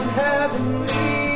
heavenly